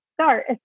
start